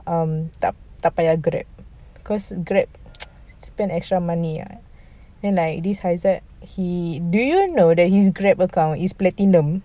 um tak payah grab cause grab spend extra money I mean like this haizat he do you know that his grab account is platinum